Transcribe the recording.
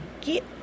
get